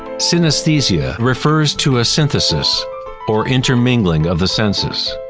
synesthesia refers to a synthesis or intermingling of the senses.